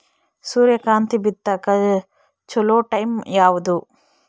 ಸೂರ್ಯಕಾಂತಿ ಬಿತ್ತಕ ಚೋಲೊ ಟೈಂ ಯಾವುದು?